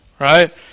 Right